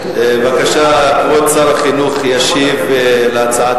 בבקשה, כבוד שר החינוך ישיב על ההצעות